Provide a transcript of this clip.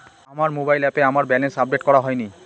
আমার মোবাইল অ্যাপে আমার ব্যালেন্স আপডেট করা হয়নি